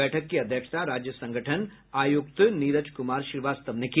बैठक की अध्यक्षता राज्य संगठन आयुक्त नीरज कुमार श्रीवास्तव ने किया